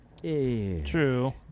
True